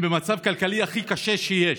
הם במצב כלכלי הכי קשה שיש.